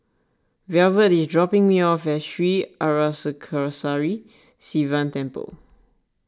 velvet is dropping me off at Sri Arasakesari Sivan Temple